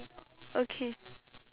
okay